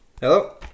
Hello